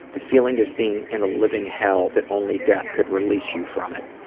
the feeling of being in a living hell that only death could release you from it,